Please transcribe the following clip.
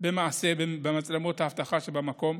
במעשה נצפה במצלמות האבטחה שבמקום.